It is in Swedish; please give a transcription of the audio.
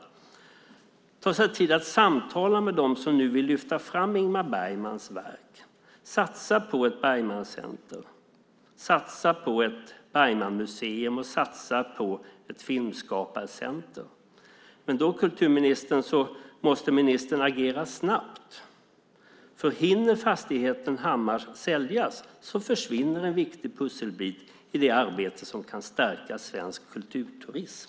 Det handlar om att hon tar sig tid att samtala med dem som nu vill lyfta fram Ingmar Bergmans verk, satsar på ett Bergmancentrum, satsar på ett Bergmanmuseum och satsar på ett filmskaparcentrum. Men då måste kulturministern agera snabbt. Hinner fastigheten Hammars säljas försvinner en viktig pusselbit i det arbete som kan stärka svensk kulturturism.